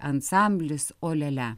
ansamblis o lia lia